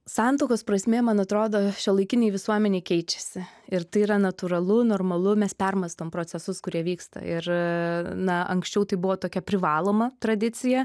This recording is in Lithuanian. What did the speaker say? santuokos prasmė man atrodo šiuolaikinėj visuomenėj keičiasi ir tai yra natūralu normalu mes permąstom procesus kurie vyksta ir na anksčiau tai buvo tokia privaloma tradicija